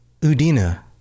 Udina